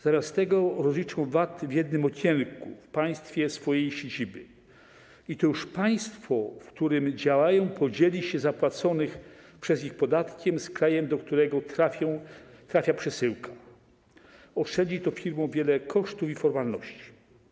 Zamiast tego rozliczą VAT w jednym okienku w państwie swojej siedziby, i to państwo, w którym działają, podzieli się zapłaconym przez nich podatkiem z krajem, do którego trafia przesyłka, co oszczędzi firmom wielu kosztów i formalności.